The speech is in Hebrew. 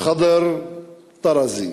חאדר טרזי.